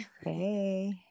Hey